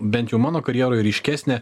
bent jau mano karjeroj ryškesnė